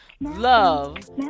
love